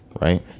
Right